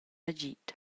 agid